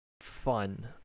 fun